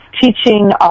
teaching